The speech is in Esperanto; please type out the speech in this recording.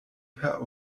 per